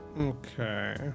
Okay